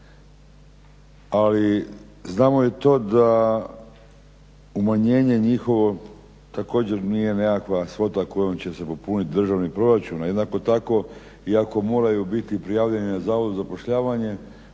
ali znamo i to da umanjenje njihovo također nije nekakav svota kojom će se popuniti državni proračun. A jednako tako i ako moraju biti prijavljeni na Zavodu za zapošljavanje